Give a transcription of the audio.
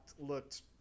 looked